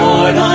Lord